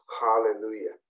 Hallelujah